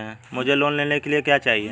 मुझे लोन लेने के लिए क्या चाहिए?